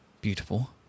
beautiful